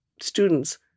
students